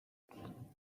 اون